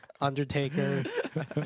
Undertaker